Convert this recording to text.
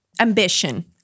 Ambition